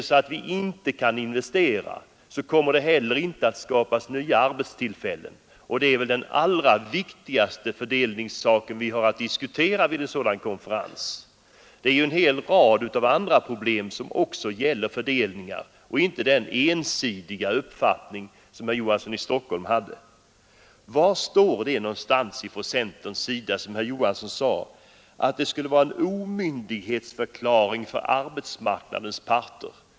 Kan vi inte investera, skapas inte heller nya arbetstillfällen. Det är den viktigaste fördelningssektorn som vi har att diskutera vid en sådan konferens. Därtill kommer en hel rad andra viktiga fördelningsproblem. Man kan inte se det så ensidigt som herr Johansson i Stockholm gjorde. Var har centern sagt att det skulle vara fråga om en omyndigförklaring av arbetsmarknadens parter?